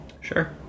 Sure